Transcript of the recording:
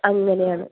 അങ്ങനെയാണ്